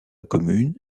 commune